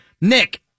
Nick